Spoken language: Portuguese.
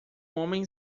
homem